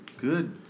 Good